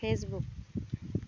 Facebook